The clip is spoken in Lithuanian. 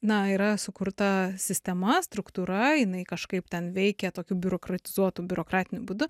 na yra sukurta sistema struktūra jinai kažkaip ten veikia tokiu biurokratizuotu biurokratiniu būdu